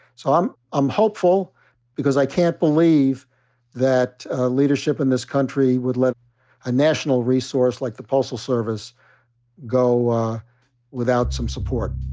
so um i'm hopeful because i can't believe that leadership in this country would let a national resource like the postal service go without some support.